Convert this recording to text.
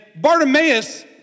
Bartimaeus